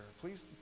Please